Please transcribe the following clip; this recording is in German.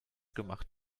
gemacht